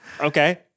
Okay